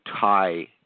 tie